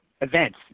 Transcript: events